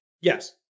Yes